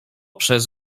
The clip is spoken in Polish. przez